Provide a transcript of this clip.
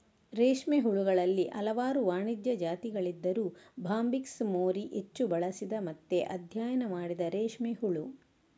ರೇಷ್ಮೆ ಹುಳುಗಳಲ್ಲಿ ಹಲವಾರು ವಾಣಿಜ್ಯ ಜಾತಿಗಳಿದ್ದರೂ ಬಾಂಬಿಕ್ಸ್ ಮೋರಿ ಹೆಚ್ಚು ಬಳಸಿದ ಮತ್ತೆ ಅಧ್ಯಯನ ಮಾಡಿದ ರೇಷ್ಮೆ ಹುಳು